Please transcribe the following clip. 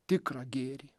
tikrą gėrį